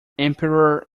emperor